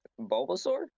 Bulbasaur